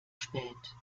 spät